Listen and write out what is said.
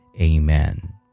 Amen